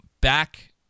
back